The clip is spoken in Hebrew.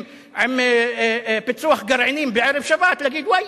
עם פיצוח גרעינים בערב שבת להגיד: וואי,